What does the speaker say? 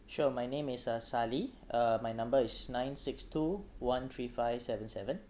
sure my name is uh ali uh my number is nine six two one three five seven seven